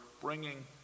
bringing